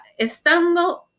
estando